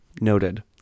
noted